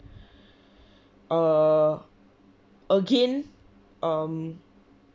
err again um